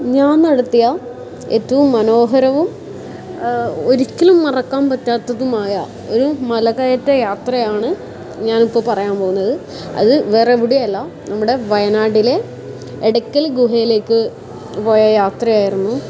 ഞാൻ നടത്തിയ ഏറ്റവും മനോഹരവും ഒരിക്കലും മറക്കാൻ പറ്റാത്തതുമായ ഒരു മലകയറ്റയാത്രയാണ് ഞാൻ ഇപ്പം പറയാൻ പോകുന്നത് അത് വേറെ എവിടെയുമല്ല നമ്മുടെ വയനാടിലെ എടക്കൽ ഗുഹയിലേക്ക് പോയ യാത്രയായിരുന്നു